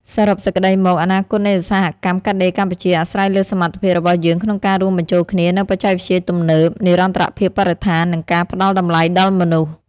សរុបសេចក្ដីមក អនាគតនៃឧស្សាហកម្មកាត់ដេរកម្ពុជា អាស្រ័យលើសមត្ថភាពរបស់យើងក្នុងការរួមបញ្ចូលគ្នានូវបច្ចេកវិទ្យាទំនើប និរន្តរភាពបរិស្ថាន និងការផ្ដល់តម្លៃដល់មនុស្ស។